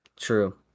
True